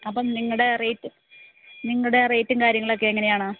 അപ്പം നിങ്ങളുടെ റേറ്റ് നിങ്ങളുടെ റേറ്റും കാര്യങ്ങളും ഒക്കെ എങ്ങനെയാണ്